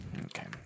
Okay